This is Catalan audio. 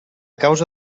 causa